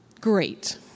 Great